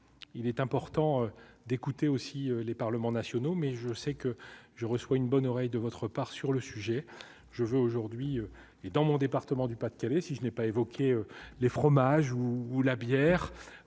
il est important d'écouter aussi les parlements nationaux, mais je sais que je reçois une bonne oreille de votre part sur le sujet, je veux aujourd'hui et dans mon département du Pas-de-Calais si je n'ai pas évoqué les fromages ou la bière,